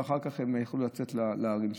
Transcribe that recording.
ואחר כך הם יכלו לצאת לערים שלהם.